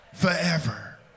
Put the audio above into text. forever